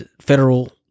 federal